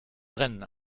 brennen